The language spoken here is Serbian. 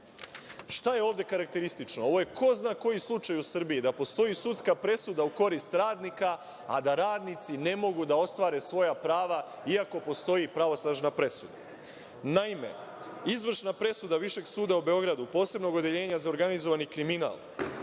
je ovde karakteristično? Ovo je ko zna koji slučaj u Srbiji da postoji sudska presuda u korist radnika, a da radnici ne mogu da ostvare svoja prava iako postoji pravosnažna presuda. Naime, izvršna presuda Višeg suda u Beogradu, posebnog Odeljenja za organizovani kriminal,